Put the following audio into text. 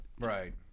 Right